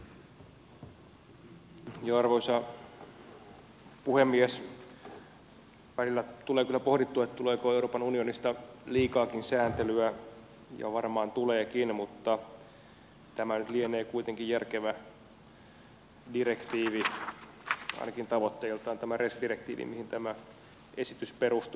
välillä tulee kyllä pohdittua tuleeko euroopan unionista liikaakin sääntelyä ja varmaan tuleekin mutta tämä nyt lienee kuitenkin järkevä direktiivi ainakin tavoitteiltaan tämä res direktiivi mihin tämä esitys perustuu